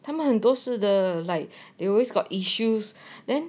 他们很都是的 like they always got issues then